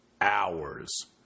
hours